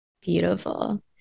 Beautiful